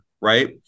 right